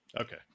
okay